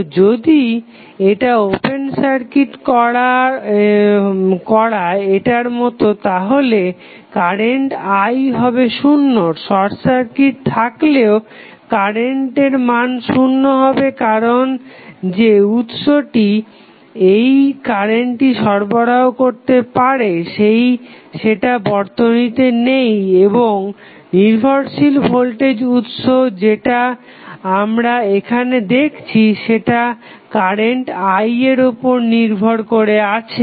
তো যদি এটা ওপেন সার্কিট করা এটার মতো তাহলে কারেন্ট i হবে শুন্য শর্ট সার্কিট থাকলেও কারেন্টের মান শুন্য হবে কারণ যে উৎসটি এই কারেন্টটি সরবরাহ করতে পারে সেটা বর্তনীতে নেই এবং এই নির্ভরশীল ভোল্টেজ উৎস যেটা আমরা এখানে দেখছি সেটা কারেন্ট i এর উপর নির্ভর করে আছে